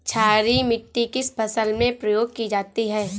क्षारीय मिट्टी किस फसल में प्रयोग की जाती है?